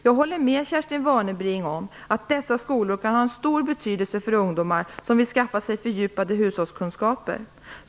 Jag håller med Kerstin Warnerbring om att dessa skolor kan ha en stor betydelse för ungdomar som vill skaffa sig fördjupade hushållskunskaper.